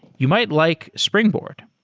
you might like springboard.